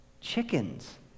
Chickens